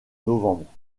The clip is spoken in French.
novembre